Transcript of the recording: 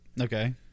Okay